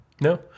No